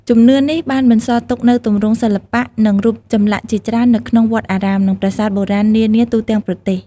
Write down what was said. ជំនឿនេះបានបន្សល់ទុកនូវទម្រង់សិល្បៈ និងរូបចម្លាក់ជាច្រើននៅក្នុងវត្តអារាម និងប្រាសាទបុរាណនានាទូទាំងប្រទេស។